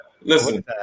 Listen